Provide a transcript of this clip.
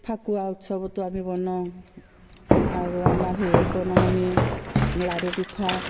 ফাকুৱা উৎসৱতো আমি বনাওঁ আৰু আমাৰ সেইয়ত বনাওঁ আমি লাড়ু পিঠা